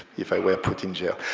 if i were put in jail.